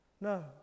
No